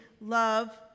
love